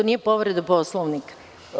To nije povreda Poslovnika.